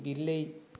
ବିଲେଇ